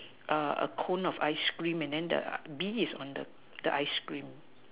a cone of ice cream and then the be is on the ice cream